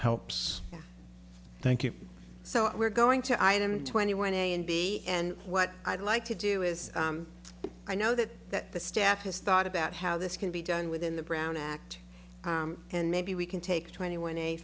helps thank you so we're going to item twenty one a and b and what i'd like to do is i know that the staff has thought about how this can be done within the brown act and maybe we can take twenty one a